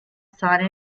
sahne